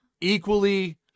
equally